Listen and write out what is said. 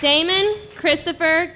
damon christopher